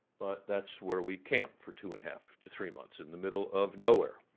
but that's where we camped for two and a half to three months, in the middle of nowhere,